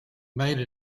made